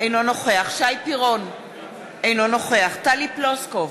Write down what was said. אינו נוכח שי פירון, אינו נוכח טלי פלוסקוב,